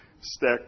stack